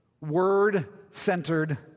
word-centered